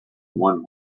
one